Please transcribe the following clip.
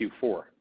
Q4